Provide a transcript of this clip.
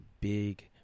big